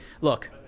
look